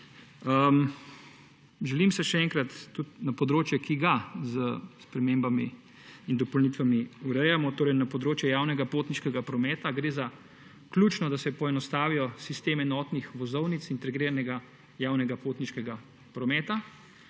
Želim se še enkrat tudi na področje, ki ga s spremembami in dopolnitvami urejamo, torej na področje javnega potniškega prometa, gre za ključno, da se poenostavijo sistem enotnih vozovnic integriranega javnega potniškega prometa,